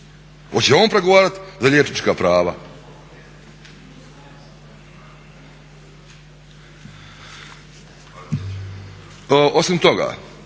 Hoće on pregovarati za liječnička prava? Osim toga